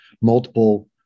multiple